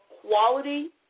quality